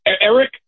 Eric